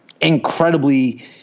incredibly